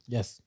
Yes